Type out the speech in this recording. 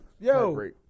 Yo